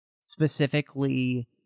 specifically